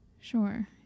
sure